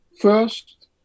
First